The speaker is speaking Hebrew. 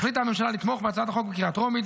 החליטה הממשלה לתמוך בהצעת החוק בקריאה הטרומית,